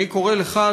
אני קורא לך,